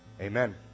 Amen